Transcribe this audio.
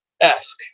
esque